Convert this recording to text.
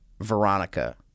Veronica